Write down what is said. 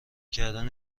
کردن